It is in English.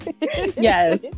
yes